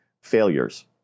failures